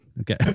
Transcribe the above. okay